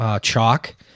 chalk